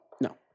No